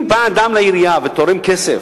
אם בא אדם לעירייה ותורם כסף,